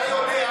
אתה יודע,